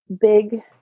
big